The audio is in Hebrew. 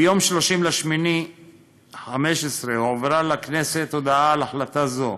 ביום 30 באוגוסט 2015 הועברה לכנסת הודעה על החלטה זו: